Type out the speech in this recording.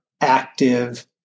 active